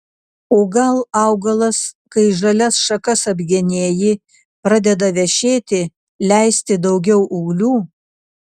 o gal augalas kai žalias šakas apgenėji pradeda vešėti leisti daugiau ūglių